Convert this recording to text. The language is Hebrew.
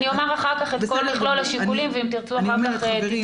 אני אומר אחר כך את כל מכלול השיקולים ואם תרצו אחר כך תתייחסו.